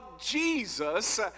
Jesus